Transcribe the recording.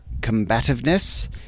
combativeness